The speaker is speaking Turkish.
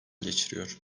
geçiriyor